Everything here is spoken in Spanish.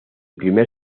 primer